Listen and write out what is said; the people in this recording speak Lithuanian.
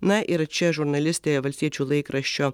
na ir čia žurnalistė valstiečių laikraščio